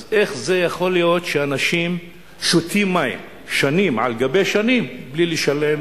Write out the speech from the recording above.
אז איך זה יכול להיות שאנשים שותים מים שנים על גבי שנים בלי לשלם